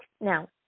Now